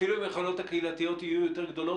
אפילו אם היכולות הקהילתיות יהיו יותר גדולות,